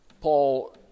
Paul